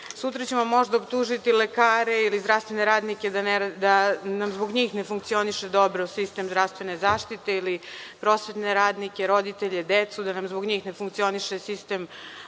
ćemo možda optužiti lekare ili zdravstvene radnike da nam zbog njih ne funkcioniše dobro sistem zdravstvene zaštite ili prosvetne radnike, roditelje, decu da nam zbog njih ne funkcioniše sistem